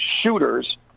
shooters